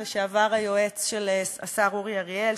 לשעבר היועץ של השר אורי אריאל,